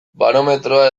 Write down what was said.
barometroa